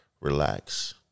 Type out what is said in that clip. relax